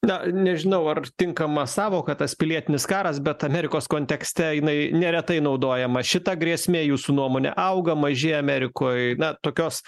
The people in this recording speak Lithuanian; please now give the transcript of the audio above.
na nežinau ar tinkama sąvoka tas pilietinis karas bet amerikos kontekste jinai neretai naudojama šita grėsmė jūsų nuomone auga mažėja amerikoj na tokios